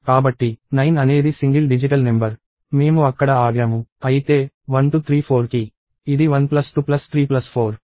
కాబట్టి 9 అనేది single digital number మేము అక్కడ ఆగాము అయితే 1234కి ఇది 1234